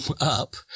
up